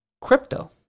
Crypto